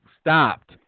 stopped